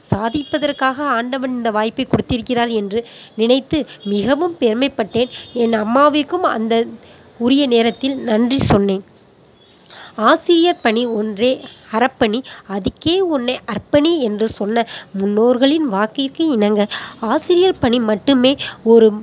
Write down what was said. சாதிப்பதற்காக ஆண்டவன் இந்த வாய்ப்பைக் கொடுத்திருக்கிறார் என்று நினைத்து மிகவும் பெருமைப்பட்டேன் என் அம்மாவிற்கும் அந்த உரிய நேரத்தில் நன்றி சொன்னேன் ஆசிரிய பணி ஒன்றே அறப்பணி அதுக்கே உன்னை அர்ப்பணி என்று சொல்ல முன்னோர்களின் வாக்கிற்கு இணங்க ஆசிரியர் பணி மட்டுமே ஒரு